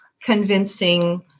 convincing